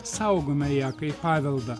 saugome ją kaip paveldą